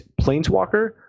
Planeswalker